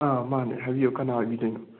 ꯑꯥ ꯃꯥꯟꯅꯦ ꯍꯥꯏꯕꯤꯌꯨ ꯀꯅꯥ ꯑꯣꯏꯕꯤꯗꯣꯏꯅꯣ